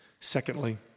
Secondly